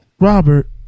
Robert